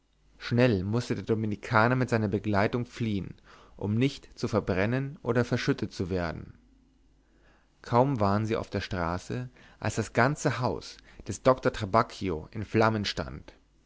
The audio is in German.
schnell mußte der dominikaner mit seiner begleitung fliehen um nicht zu verbrennen oder verschüttet zu werden kaum waren sie auf der straße als das ganze haus des doktor trabacchio in flammen stand